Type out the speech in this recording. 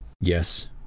Yes